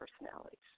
personalities